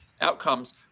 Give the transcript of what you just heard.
outcomes